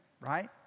right